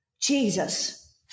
jesus